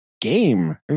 game